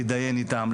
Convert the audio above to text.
להתדיין איתם,